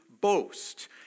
boast